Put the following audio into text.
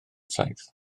saith